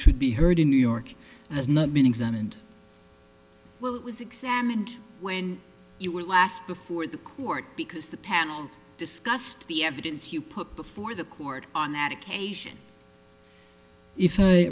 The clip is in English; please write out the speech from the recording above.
should be heard in new york and has not been examined well it was examined when you were last before the court because the panel discussed the evidence you put before the court on that occasion if i